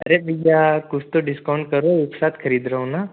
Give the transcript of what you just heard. अरे भईया कुछ तो डिस्काउंट करो एक साथ खरीद रहा हूँ ना